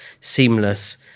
seamless